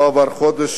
לא עבר חודש,